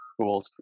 cool